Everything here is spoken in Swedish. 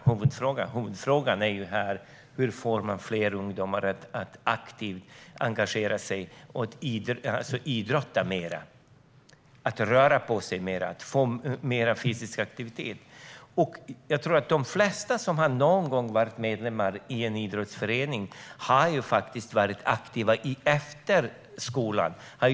Huvudfrågan är hur vi får fler ungdomar att aktivt engagera sig i att idrotta mer, röra på sig mer och få mer fysisk aktivitet. De flesta som någon gång har varit medlemmar i en idrottsförening har blivit aktiva efter skoltiden.